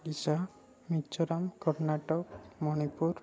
Odisha Mizoram Karnataka Manipur